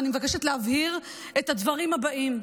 ואני מבקשת להבהיר את הדברים הבאים: